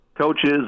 coaches